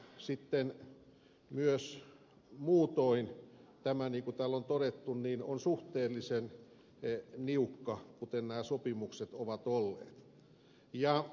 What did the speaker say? sitten myös muutoin tämä niin kuin täällä on todettu on suhteellisen niukka kuten nämä sopimukset ovat olleet